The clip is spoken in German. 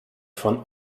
von